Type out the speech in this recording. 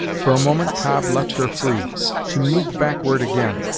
for a moment cobb left her free she moved backward again,